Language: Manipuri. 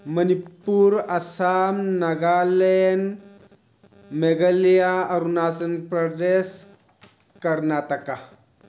ꯃꯅꯤꯄꯨꯔ ꯑꯁꯥꯝ ꯅꯥꯒꯥꯂꯦꯟ ꯃꯦꯒꯂꯩꯌꯥ ꯑꯔꯨꯅꯥꯆꯜ ꯄ꯭ꯔꯗꯦꯁ ꯀꯔꯅꯥꯇꯀꯥ